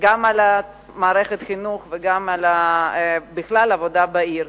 גם על מערכת החינוך וגם בכלל על העבודה בעיר.